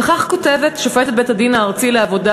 וכך כותבת שופטת בית-הדין הארצי לעבודה